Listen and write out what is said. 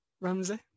ramsey